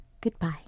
goodbye